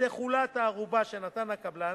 ותחולט הערובה שנתן הקבלן,